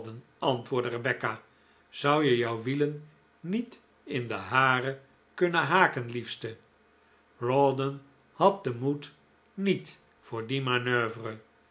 antwoordde rebecca zou je jouw wielen niet in de hare kunnen haken liefste rawdon had den moed niet voor die manoeuvre